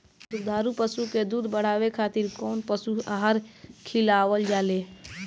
दुग्धारू पशु के दुध बढ़ावे खातिर कौन पशु आहार खिलावल जाले?